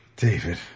David